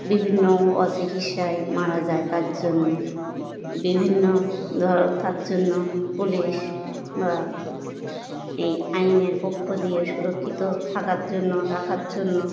বিভিন্ন অচিকিৎসায় মারা যায় তার জন্য বিভিন্ন ধর তার জন্য পুলিশ বা এই আইনের পক্ষ দিয়ে সুরক্ষিত থাকার জন্য রাখার জন্য